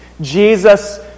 Jesus